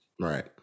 Right